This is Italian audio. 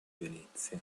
venezia